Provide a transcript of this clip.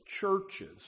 churches